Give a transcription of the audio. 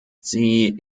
sie